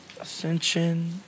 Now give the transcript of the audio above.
ascension